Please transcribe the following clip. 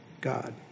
God